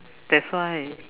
that's why